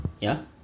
ya